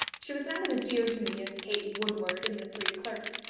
she was not as dear to me as kate woodward in the three clerks,